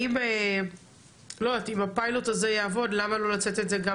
אם הפיילוט הזה יעבוד למה לא לתת את זה גם